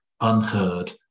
unheard